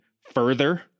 further